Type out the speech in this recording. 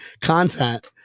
content